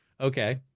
Okay